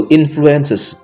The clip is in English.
influences